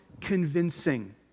convincing